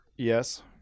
Yes